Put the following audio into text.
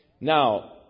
Now